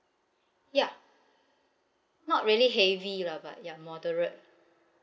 ya not really heavy lah but ya moderate